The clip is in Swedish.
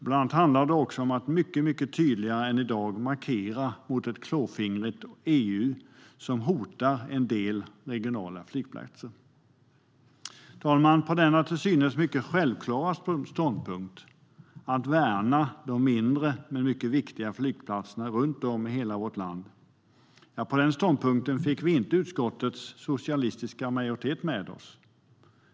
Bland annat handlar det om att mycket tydligare än i dag markera mot ett klåfingrigt EU, som hotar en del regionala flygplatser. Herr talman! På denna till synes självklara ståndpunkt, att värna de mindre men viktiga flygplatserna runt om i hela vårt land, fick vi inte utskottets socialistiska majoritet med oss.